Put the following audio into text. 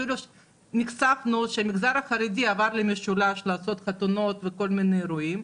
אפילו נחשפנו שהמגזר הערבי עבר למשולש לעשות חתונות וכל מיני אירועים.